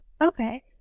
Okay